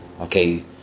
okay